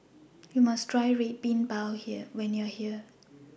YOU must Try Red Bean Bao when YOU Are here